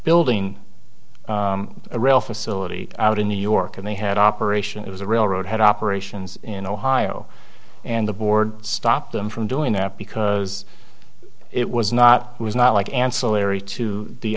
building a rail facility out in new york and they had operation it was a railroad had operations in ohio and the board stopped them from doing that because it was not was not like ancillary to the